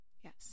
Yes